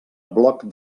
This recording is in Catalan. bloc